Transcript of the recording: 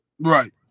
Right